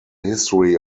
history